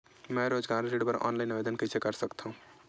मैं रोजगार ऋण बर ऑनलाइन आवेदन कइसे कर सकथव?